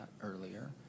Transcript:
earlier